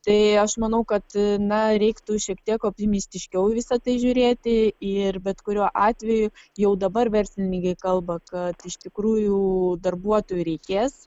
tai aš manau kad na reiktų šiek tiek optimistiškiau į visa tai žiūrėti ir bet kuriuo atveju jau dabar verslininkai kalba kad iš tikrųjų darbuotojų reikės